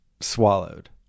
swallowed